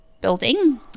building